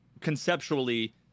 conceptually